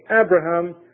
Abraham